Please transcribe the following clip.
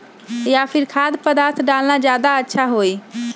या फिर खाद्य पदार्थ डालना ज्यादा अच्छा होई?